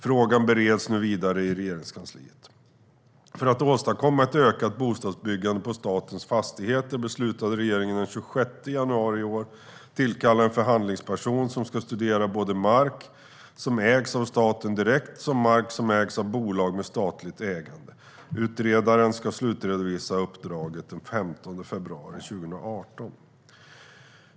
Frågan bereds nu vidare i Regeringskansliet. För att åstadkomma ett ökat bostadsbyggande på statens fastigheter beslutade regeringen den 26 januari i år att tillkalla en förhandlingsperson som ska studera både mark som ägs av staten direkt och mark som ägs av bolag med statligt ägande. Utredaren ska slutredovisa uppdraget den 15 februari 2018.